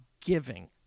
giving